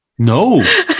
No